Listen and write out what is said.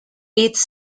its